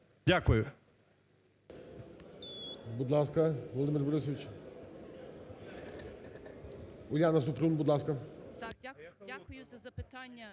Дякую.